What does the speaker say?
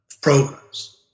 Progress